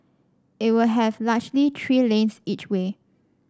it will have largely three lanes each way